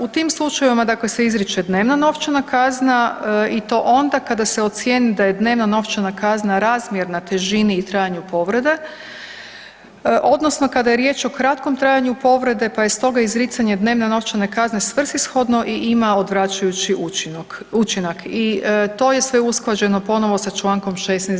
U tim slučajevima dakle se izriče dnevna novčana kazna i to onda kada se ocijeni da je dnevna novčana kazna razmjerna težini i trajanju povrede odnosno kada je riječ o kratkom trajanju povrede, pa je stoga izricanje dnevne novčane kazne svrsishodno i ima odvraćajući učinak i to je sve usklađeno ponovo sa čl. 16.